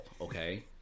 okay